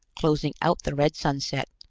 closing out the red sunset,